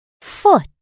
Foot